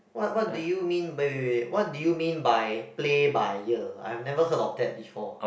what what do you mean wait wait wait what do you mean by play by ear I have never heard of that before